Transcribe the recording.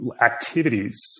activities